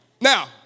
Now